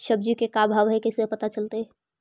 सब्जी के का भाव है कैसे पता चलतै?